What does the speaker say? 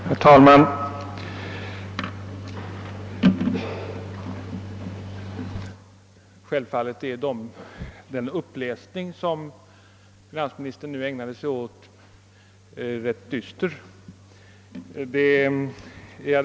Herr talman! Jag är den förste att erkänna att den uppläsning, som finansministern nu ägnat sig åt, ger en rätt dyster bild.